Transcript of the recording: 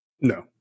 No